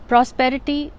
Prosperity